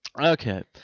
okay